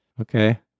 Okay